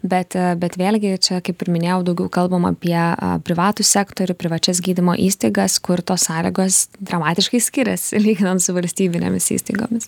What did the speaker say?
bet bet vėlgi čia kaip ir minėjau daugiau kalbam apie privatų sektorių privačias gydymo įstaigas kur tos sąlygos dramatiškai skiriasi lyginant su valstybinėmis įstaigomis